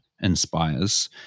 inspires